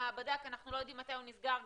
המעבדה כי אנחנו לא יודעים מתי הוא נסגר,